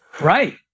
Right